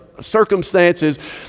circumstances